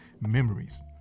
memories